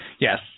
Yes